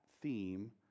theme